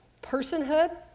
personhood